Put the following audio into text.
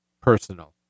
personal